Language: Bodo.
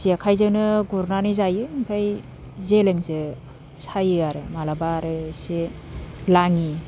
जेखाइजोंनो गुरनानै जायो ओमफ्राय जेलेंजो सायो आरो माब्लाबा आरो एसे लाङि